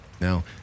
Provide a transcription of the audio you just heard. Now